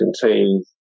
contain